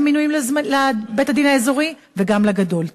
המינויים לבית-הדין האזורי וגם לגדול.